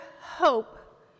hope